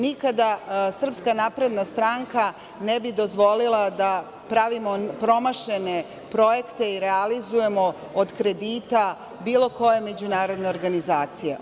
Nikada SNS ne bi dozvolila da pravimo promašene projekte i realizujemo od kredita bilo koje međunarodne organizacije.